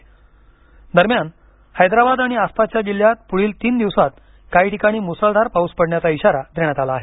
मधून दरम्यान हैदराबाद व आसपासच्या जिल्ह्यात पुढील तीन दिवसांत काही ठिकाणी मुसळधार पाऊस पडण्याचा इशारा देण्यात आला आहे